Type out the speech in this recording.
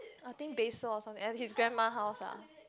I think basil or something at his grandma's house ah